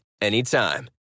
anytime